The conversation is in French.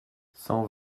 cent